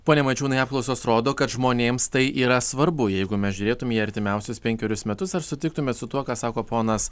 pone mačiūnai apklausos rodo kad žmonėms tai yra svarbu jeigu mes žiūrėtume į artimiausius penkerius metus ar sutiktumėt su tuo ką sako ponas